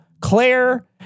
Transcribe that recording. Claire